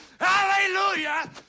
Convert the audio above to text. Hallelujah